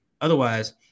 Otherwise